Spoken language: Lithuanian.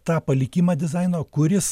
tą palikimą dizaino kuris